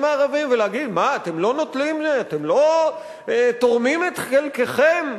הערבים ולהגיד: אתם לא תורמים את חלקכם,